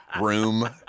room